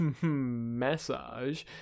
massage